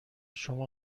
شما